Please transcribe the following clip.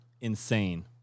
Insane